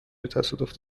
تصادف